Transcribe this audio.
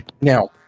now